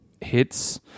hits